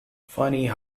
funny